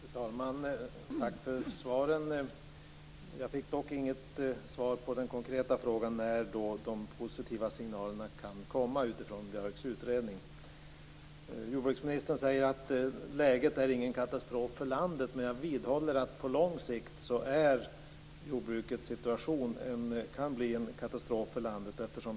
Fru talman! Jag få tacka för svaren. Jag fick dock inget svar på den konkreta frågan om när de positiva signalerna kan komma utifrån Björks utredning. Jordbruksministern säger att läget inte är någon katastrof för landet. Men jag vidhåller att jordbrukets situation på lång sikt kan bli en katastrof för landet.